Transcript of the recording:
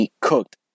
cooked